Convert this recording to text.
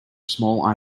small